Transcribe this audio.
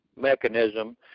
mechanism